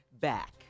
back